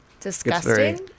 Disgusting